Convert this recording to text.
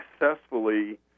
successfully